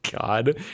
God